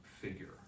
figure